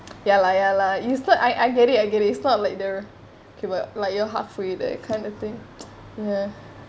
ya lah ya lah it's not I I get it I get it it's not like they're okay but like you're halfway that kind of thing